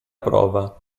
prova